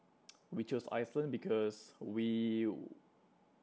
we chose Iceland because we